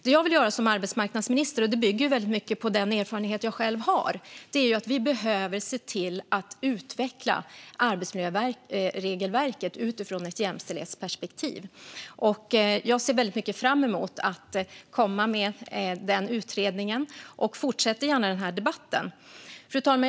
Det jag vill göra som arbetsmarknadsminister och som bygger mycket på den erfarenhet jag själv har är att se till att vi utvecklar arbetsmiljöregelverket utifrån ett jämställdhetsperspektiv. Jag ser mycket fram emot att komma med den utredningen och fortsätter gärna denna debatt. Fru talman!